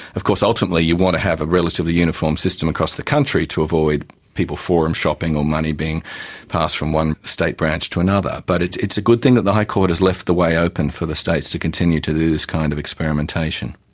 of course ultimately you want to have a relatively uniform system across the country to avoid people forum shopping or money being passed from one state branch to another, but it's it's a good thing that the high court has left the way open for the states to continue to do this kind of experimentation.